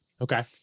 Okay